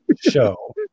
show